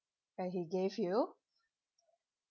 and he gave you